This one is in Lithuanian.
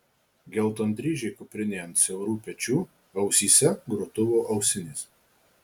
geltondryžė kuprinė ant siaurų pečių ausyse grotuvo ausinės